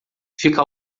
fica